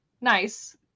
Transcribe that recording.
nice